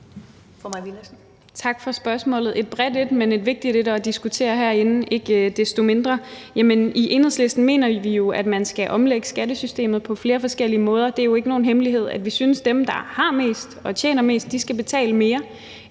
Tak for spørgsmålet – et bredt et, men ikke desto mindre vigtigt at diskutere herinde. Jamen i Enhedslisten mener vi jo, at man skal omlægge skattesystemet på flere forskellige måder. Det er jo ikke nogen hemmelighed, at vi synes, at dem, der har mest og tjener mest, skal betale mere